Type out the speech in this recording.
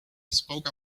spoke